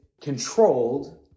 controlled